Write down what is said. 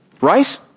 Right